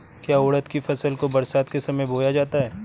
क्या उड़द की फसल को बरसात के समय बोया जाता है?